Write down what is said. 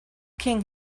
king